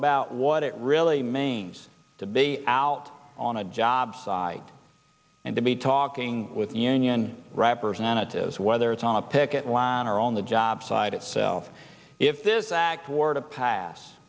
about what it really manes to be out on a job side and to be talking with union representatives whether it's on a picket line or on the job site itself if this act or to pass